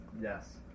Yes